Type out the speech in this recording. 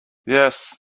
yes